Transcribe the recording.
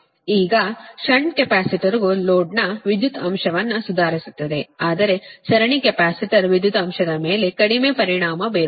ಈಗ ಷಂಟ್ ಕೆಪಾಸಿಟರ್ಗಳು ಲೋಡ್ನ ವಿದ್ಯುತ್ ಅಂಶವನ್ನು ಸುಧಾರಿಸುತ್ತದೆ ಆದರೆ ಸರಣಿ ಕೆಪಾಸಿಟರ್ ವಿದ್ಯುತ್ ಅಂಶದ ಮೇಲೆ ಕಡಿಮೆ ಪರಿಣಾಮ ಬೀರುತ್ತದೆ